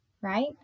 right